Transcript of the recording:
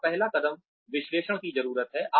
यहां पहला कदम विश्लेषण की जरूरत है